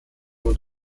und